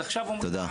אז עכשיו אומרים לי,